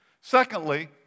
Secondly